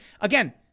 Again